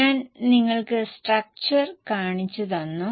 ഞാൻ നിങ്ങൾക്ക് സ്ട്രക്ചർ കാണിച്ചു തന്നു